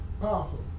Powerful